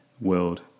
world